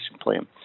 plan